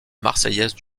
marseillaise